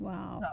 Wow